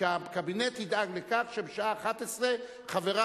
שהקבינט ידאג לכך שבשעה 11:00 חבריו